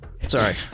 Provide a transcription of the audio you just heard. Sorry